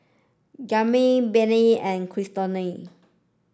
Graham Benny and Cristina